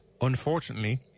unfortunately